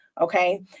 Okay